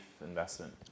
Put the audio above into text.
investment